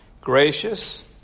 gracious